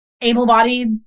able-bodied